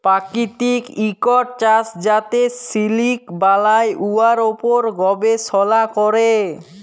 পাকিতিক ইকট চাষ যাতে সিলিক বালাই, উয়ার উপর গবেষলা ক্যরে